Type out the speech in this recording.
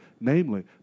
namely